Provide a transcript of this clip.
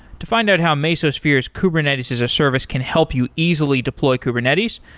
to find out how mesosphere's kubernetes as a service can help you easily deploy kubernetes,